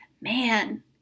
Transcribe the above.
man